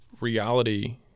reality